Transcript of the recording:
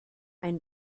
ein